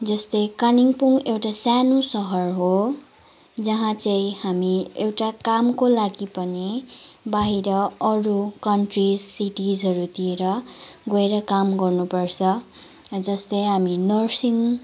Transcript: जस्तै कालिम्पोङ एउटा सानो सहर हो जहाँ चाहिँ हामी एउटा कामको लागि पनि बाहिर अरू कन्ट्रिज सिटिजहरूतिर गएर काम गर्नु पर्छ जस्तै हामी नर्सिङ